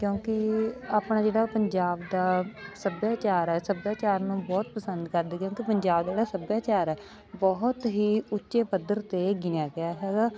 ਕਿਉਂਕਿ ਆਪਣਾ ਜਿਹੜਾ ਪੰਜਾਬ ਦਾ ਸੱਭਿਆਚਾਰ ਹੈ ਸੱਭਿਆਚਾਰ ਨੂੰ ਬਹੁਤ ਪਸੰਦ ਕਰਦੇ ਕਿਉਂਕਿ ਪੰਜਾਬ ਦਾ ਜਿਹੜਾ ਸੱਭਿਆਚਾਰ ਹੈ ਬਹੁਤ ਹੀ ਉੱਚੇ ਪੱਧਰ 'ਤੇ ਗਿਣਿਆ ਗਿਆ ਹੈਗਾ